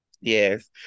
yes